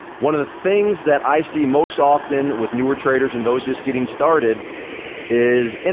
one of the things that i see most often with newer traders and those just getting started is, and